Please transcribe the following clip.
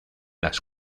las